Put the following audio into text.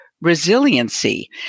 resiliency